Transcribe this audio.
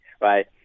right